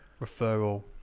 referral